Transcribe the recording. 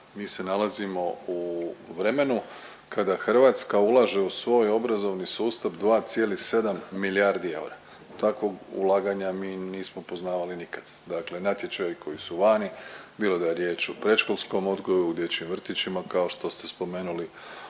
Mi se nalazimo u vremenu kada Hrvatska ulaže u svoj obrazovni sustav 2,7 milijardi eura. Takvog ulaganja mi nismo poznavali nikad. Dakle, natječaji koji su vani bilo da je riječ o predškolskom odgoju, o dječjim vrtićima kao što ste spomenuli osnovnim